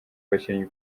abakinnyi